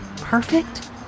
perfect